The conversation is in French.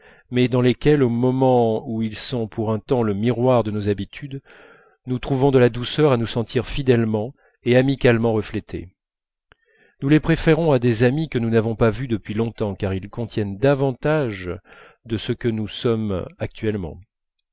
mais dans lesquels au moment où ils sont pour un temps le miroir de nos habitudes nous trouvons de la douceur à nous sentir fidèlement et amicalement reflétés nous les préférons à des amis que nous n'avons pas vus depuis longtemps car ils contiennent davantage de ce que nous sommes actuellement